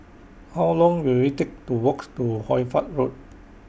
How Long Will IT Take to Walks to Hoy Fatt Road